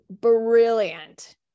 brilliant